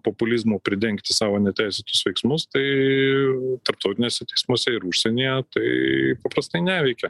populizmu pridengti savo neteisėtus veiksmus tai tarptautiniuose teismuose ir užsienyje tai paprastai neveikia